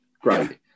great